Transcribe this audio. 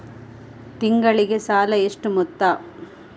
ತಿಂಗಳಿಗೆ ಸಾಲ ಎಷ್ಟು ಮೊತ್ತ?